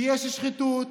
ויש שחיתות,